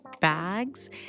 bags